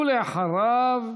ואחריו,